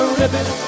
ribbon